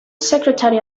secretary